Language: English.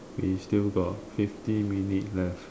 we still got fifty minutes left